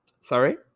sorry